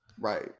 Right